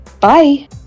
Bye